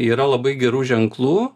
yra labai gerų ženklų